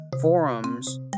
forums